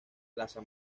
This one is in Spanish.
plaza